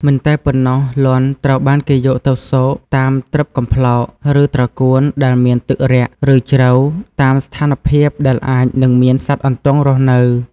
មិនតែប៉ុណ្ណោះ លាន់ ត្រូវបានគេយកទៅស៊ក តាមត្រឹបកំប្លោក ឬត្រកួនដែលមានទឹករាក់ ឬជ្រៅ តាមស្ថានភាពដែលអាចនឹងមានសត្វអន្ទង់រស់នៅ។